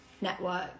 network